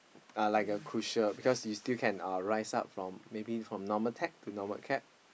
uh like a crucial because he still can uh rise up from maybe from normal tech to normal acad